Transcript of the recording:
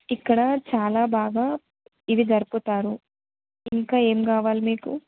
ఇక్కడ చాలా బాగా ఇవి జరుపుతారు ఇంకా ఏం కావాలి మీకు